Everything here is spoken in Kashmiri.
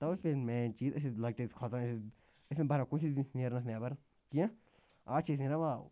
تَوَے پے مین چیٖز أسۍ ٲسۍ لۄکٹہِ ٲسۍ کھۄژان أسۍ أسۍ نہٕ بَران کُنسی زٔنِس نیرنَس نٮ۪بَر کینٛہہ آز چھِ أسۍ نیران واو